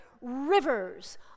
rivers